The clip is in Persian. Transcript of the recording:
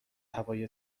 هوای